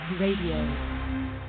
Radio